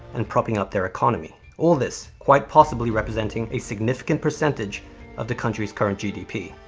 and propping up their economy. all this, quite possibly representing, a significant percentage of the country's current gdp.